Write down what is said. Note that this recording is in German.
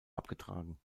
abgetragen